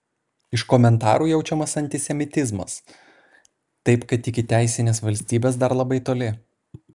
iš komentarų jaučiamas antisemitizmas taip kad iki teisinės valstybės dar labai toli